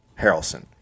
Harrelson